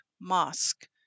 Mosque